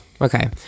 okay